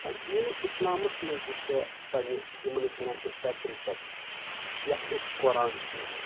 ٲں دینِ اسلامَس مَنٛز تہِ چھِ پَننہِ یِمَن أسۍ وَنان چھِ سیٚکرِڈ ٹیٚکٕسٹہٕ یَتھ أسۍ قۅران چھِ وَنان